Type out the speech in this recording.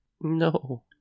No